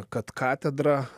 kad katedra